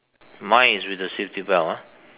mine is with the safety belt ah